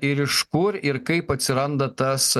ir iš kur ir kaip atsiranda tas